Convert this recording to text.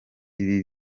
ibi